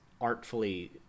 artfully